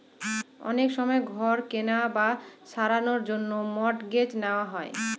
অনেক সময় ঘর কেনার বা সারানোর জন্য মর্টগেজ নেওয়া হয়